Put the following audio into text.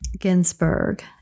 Ginsburg